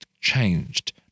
changed